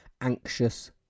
Anxious